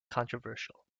controversial